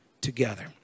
together